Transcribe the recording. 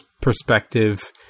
perspective